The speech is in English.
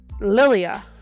Lilia